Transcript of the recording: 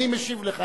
אני משיב לך?